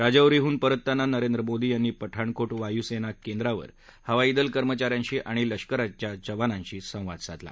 राजौरीहून परतताना नरेंद्र मोदी यांनी पठाणकोट वायुसेना केंद्रावर हवाईदल कर्मचाऱ्यांशी आणि लष्कराच्या जवानांशी संवाद साधला